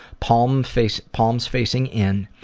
palms facing palms facing in,